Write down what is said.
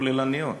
כוללניות,